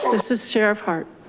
this is sheriff hart.